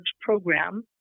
program